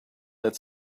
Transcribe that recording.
its